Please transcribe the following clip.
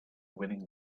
winning